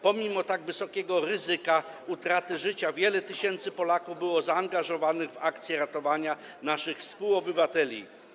Pomimo tak wysokiego ryzyka utraty życia wiele tysięcy Polaków było zaangażowanych w akcje ratowania naszych współobywateli.